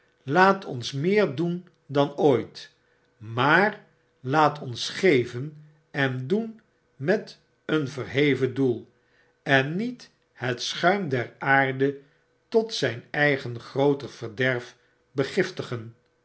laat ons meer doen dan ooit maar laat ons geven en doen naeteenverhevendoel en niet net schuim der aarde tot zyn eigen grooter verderf begiftigen